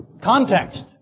Context